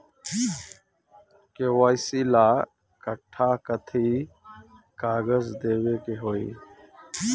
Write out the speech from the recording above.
KYC ला कट्ठा कथी कागज देवे के होई?